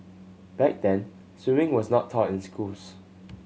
back then swimming was not taught in schools